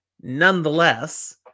Nonetheless